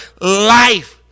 life